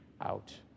out